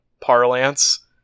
parlance